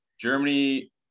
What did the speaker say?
Germany